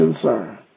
concern